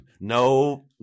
no